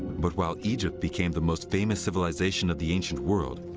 but while egypt became the most famous civilization of the ancient world,